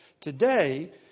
today